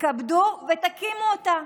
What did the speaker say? תתכבדו ותקימו אותה.